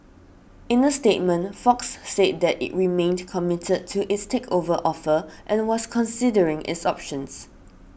in a statement Fox said that it remained committed to its takeover offer and was considering its options